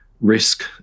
risk